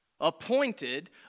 appointed